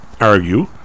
argue